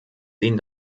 den